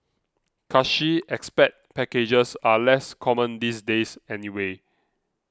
cushy expat packages are less common these days anyway